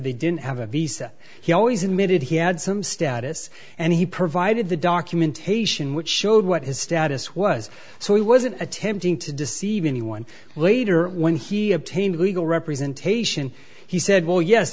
said he didn't have a visa he always admitted he had some status and he provided the documentation which showed what his status was so he wasn't attempting to deceive anyone later when he obtained legal representation he said well yes